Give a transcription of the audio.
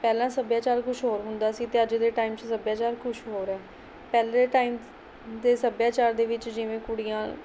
ਪਹਿਲਾਂ ਸੱਭਿਆਚਾਰ ਕੁਛ ਹੋਰ ਹੁੰਦਾ ਸੀ ਅਤੇ ਅੱਜ ਦੇ ਟਾਈਮ 'ਚ ਸੱਭਿਆਚਾਰ ਕੁਛ ਹੋਰ ਹੈ ਪਹਿਲੇ ਟਾਈਮ ਦੇ ਸੱਭਿਆਚਾਰ ਦੇ ਵਿੱਚ ਜਿਵੇਂ ਕੁੜੀਆਂ